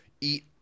eat